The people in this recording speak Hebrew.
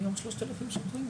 גם יש שם כ-3,000 שוטרים.